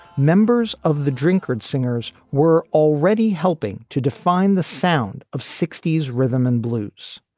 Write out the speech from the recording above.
members of the drinker's singers were already helping to define the sound of sixty s rhythm and blues.